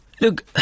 look